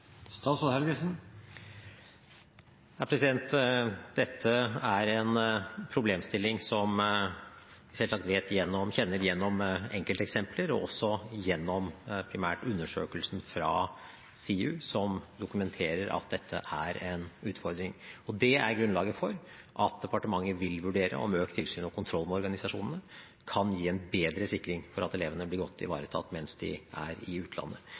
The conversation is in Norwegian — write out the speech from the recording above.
Dette er en problemstilling som vi selvsagt kjenner gjennom enkelteksempler og også primært gjennom undersøkelsen fra SIU, som dokumenterer at dette er en utfordring. Og det er grunnlaget for at departementet vil vurdere om økt tilsyn og kontroll med organisasjonene kan gi en bedre sikring for at elevene blir godt ivaretatt mens de er i utlandet.